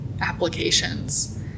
applications